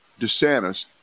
DeSantis